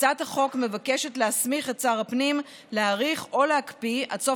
הצעת החוק מבקשת להסמיך את שר הפנים להאריך או להקפיא עד סוף